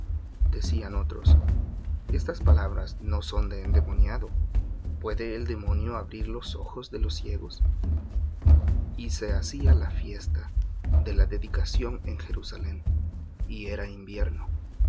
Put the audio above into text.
decían otros estas palabras no son de endemoniado puede el demonio abrir los ojos de los ciegos y se hacía la fiesta de la dedicación en jerusalem y era invierno